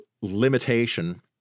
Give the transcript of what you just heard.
limitation